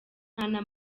nta